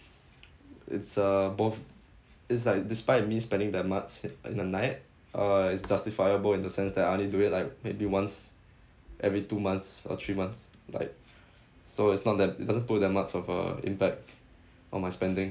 it's uh both it's like despite me spending that much in the night uh it's justifiable in the sense that I only do it like maybe once every two months or three months like so it's not that it doesn't put much of a impact on my spending